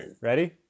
Ready